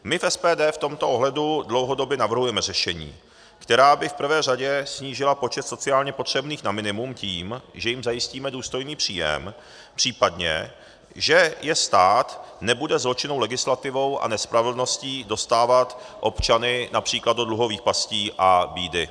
My v SPD v tomto ohledu dlouhodobě navrhujeme řešení, která by v prvé řadě snížila počet sociálně potřebných na minimum tím, že jim zajistíme důstojný příjem, případně že stát nebude zločinnou legislativou a nespravedlností dostávat občany např. do dluhových pastí a bídy.